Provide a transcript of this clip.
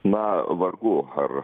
na vargu ar